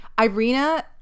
Irina